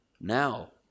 now